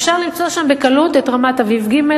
אפשר למצוא שם בקלות את רמת-אביב ג',